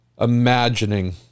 imagining